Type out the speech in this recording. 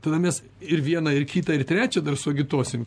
tada mes ir vieną ir kitą ir trečią dar suagituosim